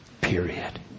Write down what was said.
period